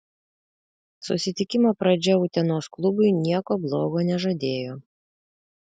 susitikimo pradžia utenos klubui nieko blogo nežadėjo